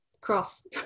cross